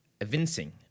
evincing